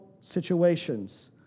situations